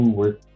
work